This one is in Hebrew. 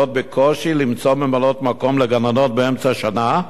בקושי למצוא ממלאות-מקום לגננות באמצע השנה,